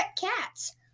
cats